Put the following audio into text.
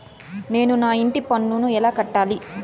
నేను నా ఇంటి పన్నును ఎలా కట్టాలి?